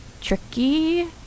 Tricky